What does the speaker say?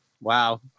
Wow